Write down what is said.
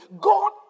God